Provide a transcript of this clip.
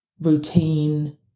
routine